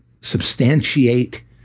substantiate